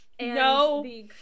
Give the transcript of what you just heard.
No